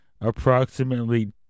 approximately